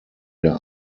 der